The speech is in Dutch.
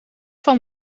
van